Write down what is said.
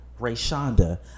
Rayshonda